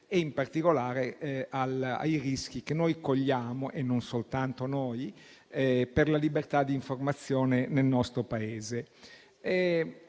e, in particolare, ai rischi che noi - e non soltanto noi - cogliamo per la libertà di informazione nel nostro Paese.